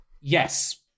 Yes